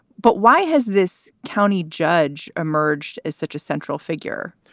but why has this county judge emerged as such a central figure?